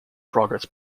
progress